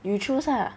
you choose lah